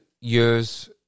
Year's